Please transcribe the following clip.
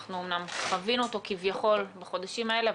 אנחנו אומנם חווינו אותו כביכול בחודשים האלה,